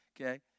okay